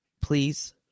Please